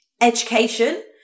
education